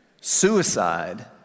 suicide